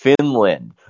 Finland